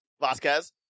Vasquez